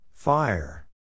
Fire